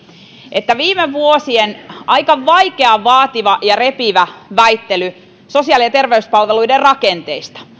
että viime vuosien aika vaikea vaativa ja repivä väittely sosiaali ja terveyspalveluiden rakenteista